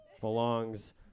belongs